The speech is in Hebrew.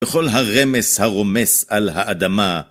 בכל הרמס הרומס על האדמה.